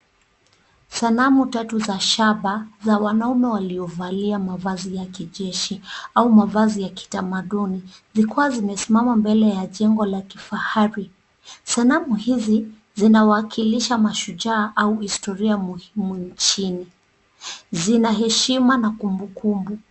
Sanamu tatu za shaba za wanaume waliovalia mavazi ya kijeshi au mavazi ya kitamaduni, zikiwa zimesimama mbele ya jengo la kifahari. Sanamu hizi zinawakilisha mashujaa au historia muhimu nchini. Zina heshima na kumbukumbu.